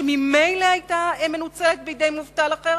שממילא היתה נתפסת בידי מובטלת אחרת?